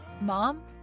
Mom